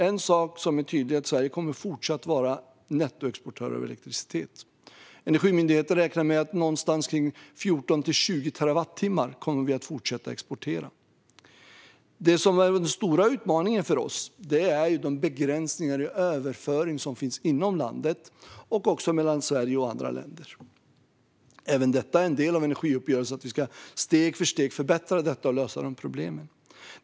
En sak som är tydlig är att Sverige fortsatt kommer att vara nettoexportör av elektricitet. Energimyndigheten räknar med att vi kommer att fortsätta att exportera kring 14-20 terawattimmar. Den stora utmaningen för oss är de begränsningar i överföring som finns inom landet och också mellan Sverige och andra länder. Även detta är en del av energiuppgörelsen: att vi steg för steg ska göra förbättringar och lösa problemen.